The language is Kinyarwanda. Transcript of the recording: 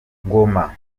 ngoma